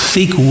Seek